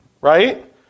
right